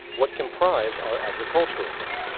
what comprise our agricultural belt,